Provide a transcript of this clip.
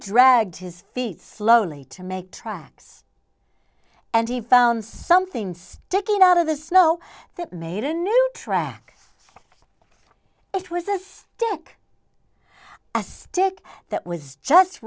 dragged his feet slowly to make tracks and he found something sticking out of the snow that made a new track it was as dark as a stick that was just